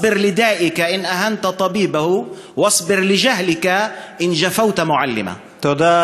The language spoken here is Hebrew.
אם תזלזל ברופא תיאלץ להחזיק מעמד מול המחלה שלך,